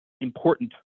important